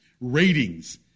ratings